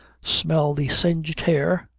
smell the singed hair?